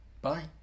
Bye